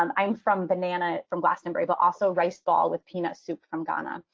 um i'm from banana from glastonbury, but also rice ball with peanut soup from ghana.